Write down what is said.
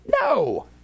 No